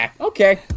Okay